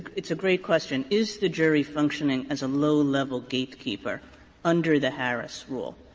it's a great question is the jury functioning as a low level gatekeeper under the harris rule?